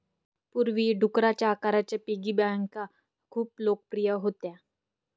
पूर्वी, डुकराच्या आकाराच्या पिगी बँका खूप लोकप्रिय होत्या